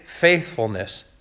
faithfulness